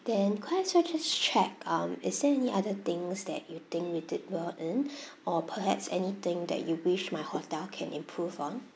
then could I also just check um is there any other things that you think we did well in or perhaps anything that you wish my hotel can improve on